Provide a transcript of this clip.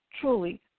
truly